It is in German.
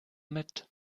mit